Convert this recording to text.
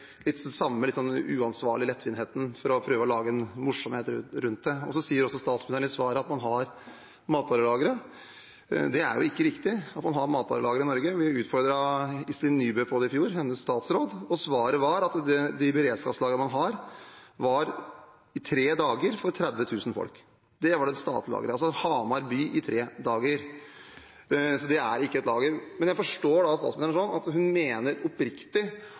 litt av den samme uansvarlige lettvintheten, for å prøve å lage en morsomhet rundt det. Så sier også statsministeren i svaret at man har matvarelagre. Det er ikke riktig at man har matvarelagre i Norge. Vi utfordret Iselin Nybø, statsråden hennes, på det i fjor, og svaret var at de beredskapslagrene man har, var for 30 000 folk i tre dager. Det var det statlige lageret. Altså: Hamar by i tre dager. Det er ikke et lager. Men jeg forstår da statsministeren sånn at hun mener oppriktig